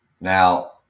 now